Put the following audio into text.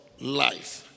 life